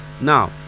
Now